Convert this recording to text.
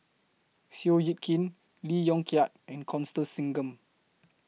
Seow Yit Kin Lee Yong Kiat and Constance Singam